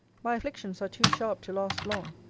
my afflictions are too sharp to last long.